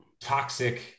toxic